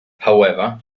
however